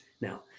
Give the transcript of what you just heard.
now